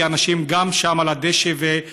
כי אנשים מתפללים שם על הדשא ובשבילים,